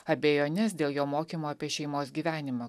abejones dėl jo mokymo apie šeimos gyvenimą